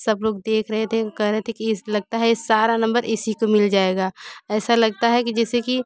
सब लोग देख रहे थे वो कहे रहे थे कि इस लगता है ये सारा नंबर इसी को मिल जाएगा ऐसा लगता है कि जैसे कि